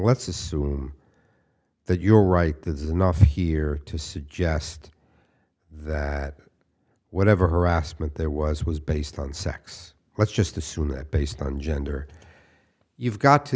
let's assume that you're right this is not here to suggest that whatever harassment there was was based on sex let's just assume that based on gender you've got to